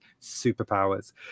superpowers